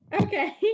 Okay